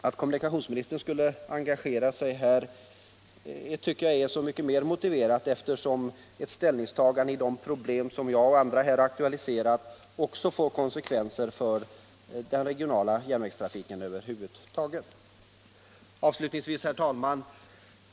Att kommunikationsministern här skulle engagera sig är så mycket mer motiverat som ett ställningstagande i de frågor som jag och andra har aktualiserat får konsekvenser för den regionala järnvägstrafiken över huvud taget. Herr talman!